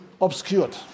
Obscured